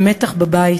המתח בבית,